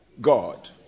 God